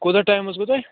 کوتاہ ٹایِم حظ گوٚو تۄہہِ